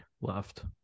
left